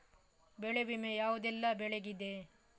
ಬೆಳೆ ವಿಮೆ ಯಾವುದೆಲ್ಲ ಬೆಳೆಗಿದೆ?